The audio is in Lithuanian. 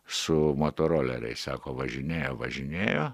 su motoroleriais sako važinėjo važinėjo